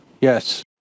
yes